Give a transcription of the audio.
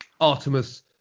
Artemis